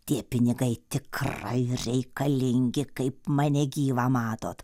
tie pinigai tikrai reikalingi kaip mane gyvą matot